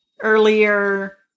earlier